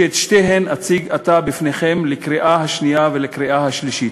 ואת שתיהן אציג עתה בפניכם לקריאה שנייה ולקריאה שלישית.